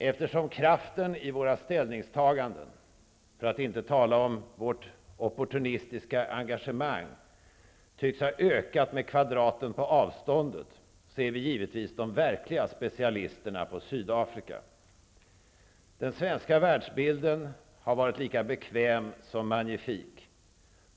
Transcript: Eftersom kraften i våra ställningstaganden, för att inte tala om vårt opportunistiska engagemang, tycks ha ökat med kvadraten på avståndet, är vi givetvis de verkliga specialisterna på Sydafrika. Den svenska världsbilden har varit lika bekväm som magnifik.